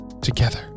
together